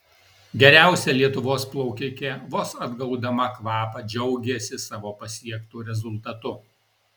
geriausia lietuvos plaukikė vos atgaudama kvapą džiaugėsi savo pasiektu rezultatu